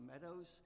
meadows